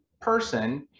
person